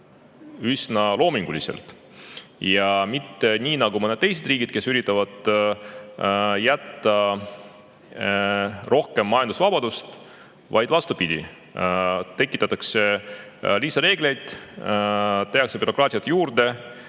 üsna loominguliselt ja mitte nii, nagu mõned teised riigid, kes üritavad jätta rohkem majandusvabadust. Vastupidi, tekitatakse lisareegleid, tehakse bürokraatiat juurde